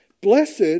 Blessed